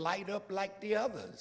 light up like the other